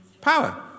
Power